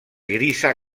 grisa